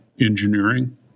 engineering